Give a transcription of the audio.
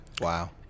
wow